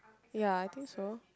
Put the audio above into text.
ya I think so